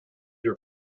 your